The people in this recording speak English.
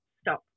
stop